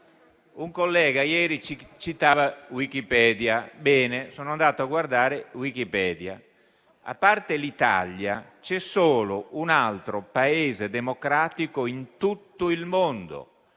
Un collega ieri citava Wikipedia. Bene, sono andato a consultare Wikipedia. A parte l'Italia, vi è solo un altro Paese democratico in tutto il mondo: